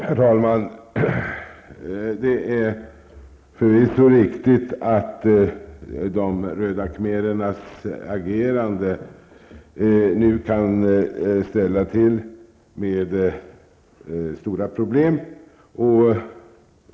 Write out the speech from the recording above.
Herr talman! Det är förvisso riktigt att de röda khmerernas agerande nu kan ställa till stora problem.